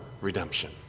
redemption